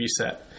reset